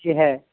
جی ہے